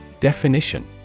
Definition